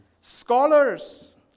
Scholars